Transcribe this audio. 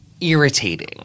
irritating